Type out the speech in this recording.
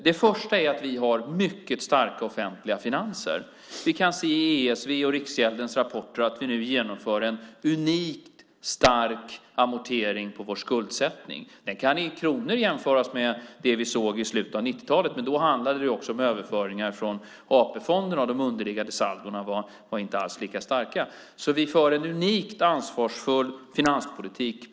Den första är att vi har mycket starka offentliga finanser. Vi kan se i ESV:s och Riksgäldens rapporter att vi nu genomför en unik, stark amortering på vår skuldsättning. Den kan i kronor jämföras med det vi såg i slutet av 90-talet. Men då handlade det också om överföringar från AP-fonderna, och de underliggande saldona var inte alls lika starka. Vi för en unikt ansvarsfull finanspolitik.